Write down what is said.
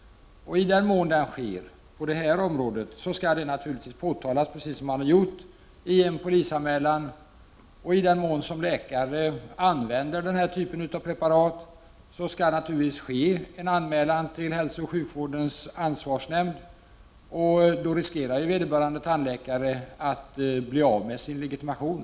I den mån sådan förekommer på det här området skall det naturligtvis påtalas i en polisanmälan, precis som man har gjort, och om tandläkare använder sådana typer av preparat skall det naturligtvis ske en anmälan till hälsooch sjukvårdens ansvarsnämnd. Då riskerar vederbörande tandläkare att bli av med sin legitimation.